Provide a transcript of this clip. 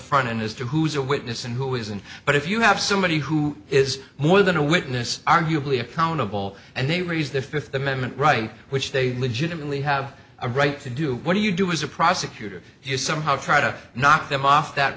front end as to who's a witness and who isn't but if you have somebody who is more than a witness arguably accountable and they raise their fifth amendment right which they legitimately have a right to do what do you do as a prosecutor you somehow try to knock them off that